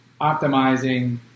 optimizing